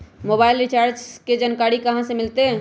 Mobile recharge के जानकारी कहा से मिलतै?